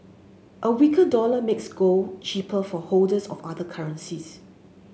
a weaker dollar makes gold cheaper for holders of other currencies